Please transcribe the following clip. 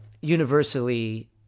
universally